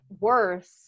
worse